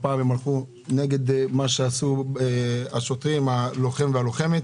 הפעם הם הלכו נגד מה שעשו הלוחם והלוחמת.